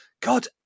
God